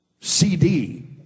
CD